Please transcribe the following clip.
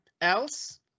else